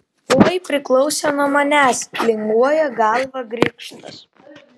oi priklausė nuo manęs linguoja galvą grikštas